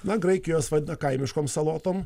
na graikijoj jas vadina kaimiškom salotom